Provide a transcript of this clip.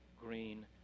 green